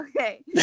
Okay